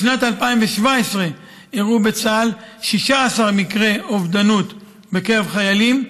בשנת 2017 אירעו בצה"ל 16 מקרי התאבדות בקרב חיילים,